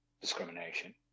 discrimination